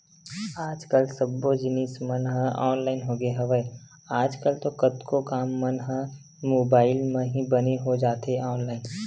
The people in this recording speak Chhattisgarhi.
आज कल सब्बो जिनिस मन ह ऑनलाइन होगे हवय, आज कल तो कतको काम मन ह मुबाइल म ही बने हो जाथे ऑनलाइन